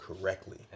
correctly